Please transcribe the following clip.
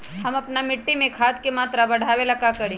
हम अपना मिट्टी में खाद के मात्रा बढ़ा वे ला का करी?